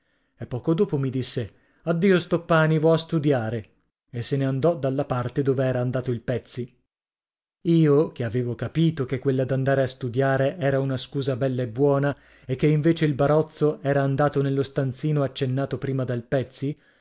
e poco dopo mi disse addio stoppani vo a studiare e se n'andò dalla parte dove era andato il pezzi io che avevo capito che quella d'andare a studiare era una scusa bella e buona e che invece il barozzo era andato nello stanzino accennato prima dal pezzi